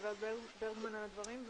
על הדברים.